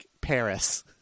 Paris